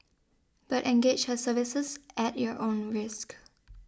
but engage her services at your own risk